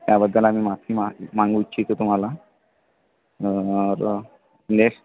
त्याबद्दल आम्ही माफी मा मागू इच्छितो तुम्हाला नेक्स्ट